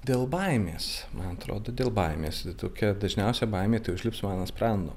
dėl baimės man atrodo dėl baimės tokia dažniausia baimė tai užlips man ant sprando